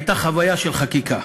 הייתה חוויה של חקיקה,